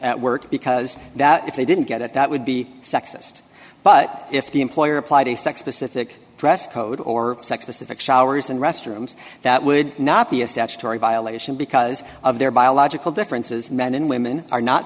work because that if they didn't get it that would be sexist but if the employer applied a sex specific dress code or sex pacific showers and restrooms that would not be a statutory violation because of their biological differences men and women are not